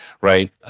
Right